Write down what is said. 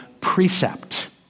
precept